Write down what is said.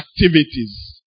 activities